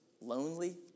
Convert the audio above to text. lonely